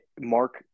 Mark